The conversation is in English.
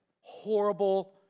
horrible